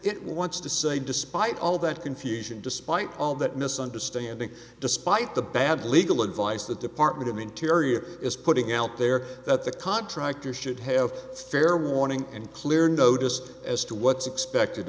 it wants to say despite all that confusion despite all that misunderstanding despite the bad legal advice the department of interior is putting out there that the contractor should have fair warning and clear noticed as to what's expected